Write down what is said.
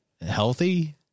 healthy